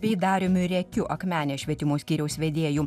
bei dariumi rėkiu akmenės švietimo skyriaus vedėju